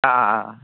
অঁ অঁ অঁ